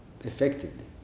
effectively